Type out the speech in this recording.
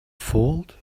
fault